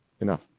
enough